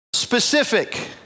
specific